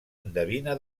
endevina